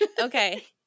Okay